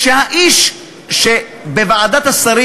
שהאיש שאמר בוועדת השרים: